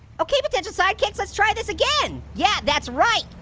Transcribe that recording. okay, potential sidekicks, let's try this again. yeah, that's right,